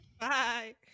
Bye